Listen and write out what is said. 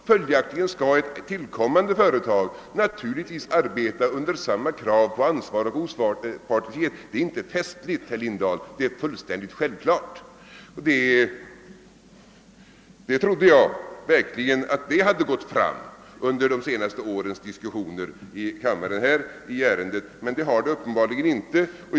Följaktligen skall ett tillkommande företag naturligtvis arbeta under samma krav på ansvar och opartiskhet. Det är inte festligt, herr Lindahl, det är fullständigt självklart. Jag trodde verkligen att detta hade gått fram under de senaste årens diskussioner i ärendet här i kammaren men det har det uppenbarligen inte gjort.